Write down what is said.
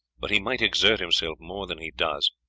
but he might exert himself more than he does,